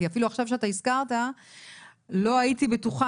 כי אפילו עכשיו כשאתה הזכרת לא הייתי בטוחה